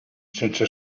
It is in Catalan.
sense